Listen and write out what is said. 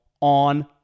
on